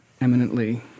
eminently